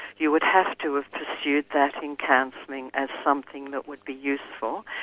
you would have to have pursued that in counseling as something that would be useful.